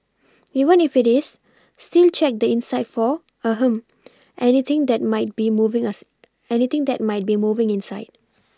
even if it is still check the inside for ahem anything that might be moving us anything that might be moving inside